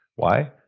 why?